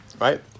right